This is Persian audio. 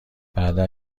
بعدا